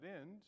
end